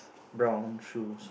brown shoes